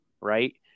right